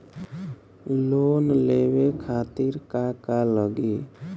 Loan लेवे खातीर का का लगी?